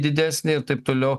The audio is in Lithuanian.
didesnį ir taip toliau